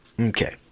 Okay